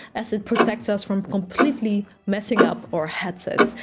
as it protects us from completely messing up our headsets.